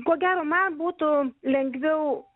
ko gero man būtų lengviau